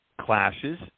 clashes